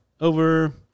over